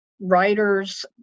writers